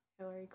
Hillary